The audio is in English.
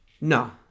No